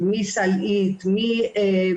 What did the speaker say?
אז שוב שאלה מדוע הנשים שהן צריכות כל כך את העזרה,